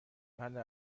بله